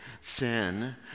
sin